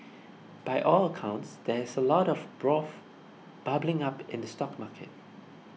by all accounts there is a lot of bubbling up in the stock market